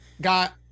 got –